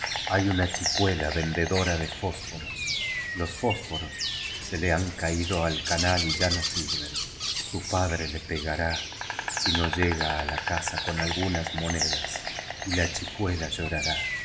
hay una cliicucla vendedora de fósforos los fósforos se le han caído al canal y ya no sirven su padre le pe gará si na llega a la casa con algunas monedas y la chicucla llorará